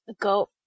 Go